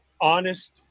honest